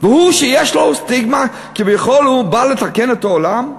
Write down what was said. והוא שיש לו סטיגמה, כביכול הוא בא לתקן את העולם,